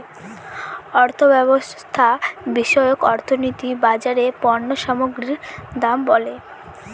অর্থব্যবস্থা বিষয়ক অর্থনীতি বাজারে পণ্য সামগ্রীর দাম বলে